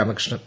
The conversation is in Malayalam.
രാമകൃഷ്ണൻ